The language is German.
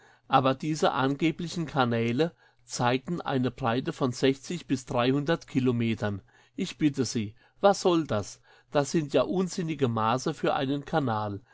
aber diese angeblichen kanäle zeigten eine breite von bis kilometern ich bitte sie was soll das das sind ja unsinnige maße für einen kanal